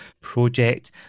project